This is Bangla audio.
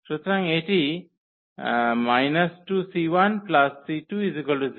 সুতরাং এটি ⟹ −2𝐶1 𝐶2 0